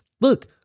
look